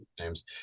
names